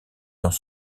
dans